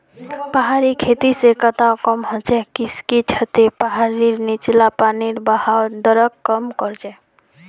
पहाड़ी खेती से कटाव कम ह छ किसेकी छतें पहाड़ीर नीचला पानीर बहवार दरक कम कर छे